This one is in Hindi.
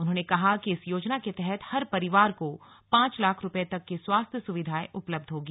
उन्होंने कहा कि इस योजना के तहत हर परिवार को पांच लाख रुपये तक की स्वास्थ्य सुविधा उपलब्ध होगी